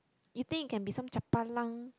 you think you can be some chapalang